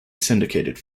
syndicated